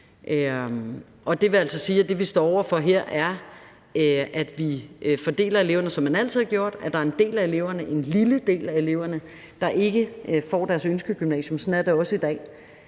Det vil altså sige, at det, vi står over for her, er, at vi fordeler eleverne, sådan som man altid har gjort, og at der er en lille del af eleverne, der ikke kommer på deres ønskegymnasium. Sådan er det også i dag.